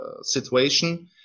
situation